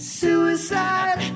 suicide